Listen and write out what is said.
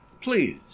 Please